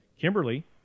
Kimberly